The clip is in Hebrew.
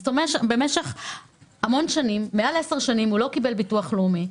כלומר מעל עשר שנים לא קיבל ביטוח לאומי.